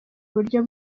buryo